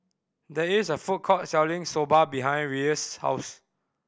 there is a food court selling Soba behind Rhea's house